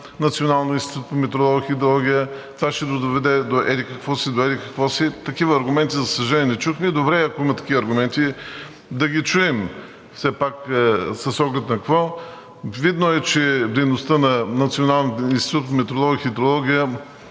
Националния институт по метеорология и хидрология, това ще доведе до еди-какво си, до еди-какво си, такива аргументи, за съжаление, не чухме. Добре е, ако има такива аргументи, да ги чуем все пак с оглед на какво. Видно е, че дейността на Националния институт по метеорология и хидрология